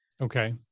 Okay